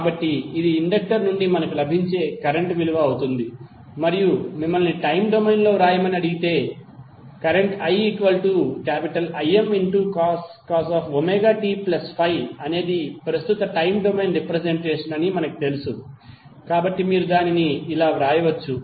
కాబట్టి ఇది ఇండక్టర్ నుండి మనకు లభించే కరెంట్ విలువ అవుతుంది మరియు మిమ్మల్ని టైమ్ డొమైన్లో వ్రాయమని అడిగితే iImcos ωt∅ అనేది ప్రస్తుత టైమ్ డొమైన్ రిప్రెసెంటేషన్ అని మనకు తెలుసు కాబట్టి మీరు వ్రాయవచ్చు